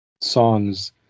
songs